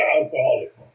alcoholic